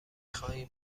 خواهیم